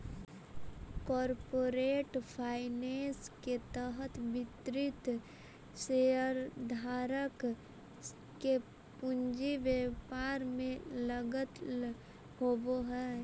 corporate finance के तहत विभिन्न शेयरधारक के पूंजी व्यापार में लगल होवऽ हइ